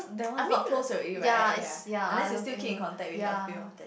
I mean ya is ya I don't think ya